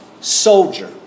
soldier